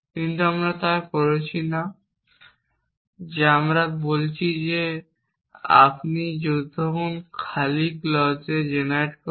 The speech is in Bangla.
কিন্তু আমরা তা করছি না যে আমরা বলছি যে আপনি যখন খালি ক্লজে জেনারেট করেন